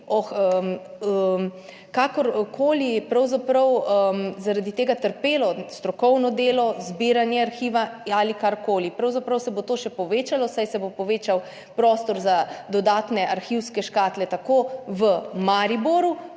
kakor koli pravzaprav zaradi tega trpelo strokovno delo, zbiranje arhiva ali kar koli. Pravzaprav se bo to še povečalo, saj se bo povečal prostor za dodatne arhivske škatle, tako v Mariboru